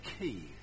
key